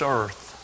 earth